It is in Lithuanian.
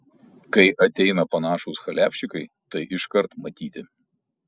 kai ateina panašūs chaliavščikai tai iškart matyti